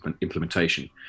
implementation